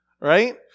right